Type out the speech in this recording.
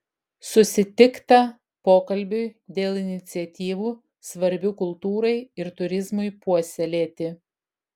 susitikta pokalbiui dėl iniciatyvų svarbių kultūrai ir turizmui puoselėti